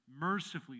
mercifully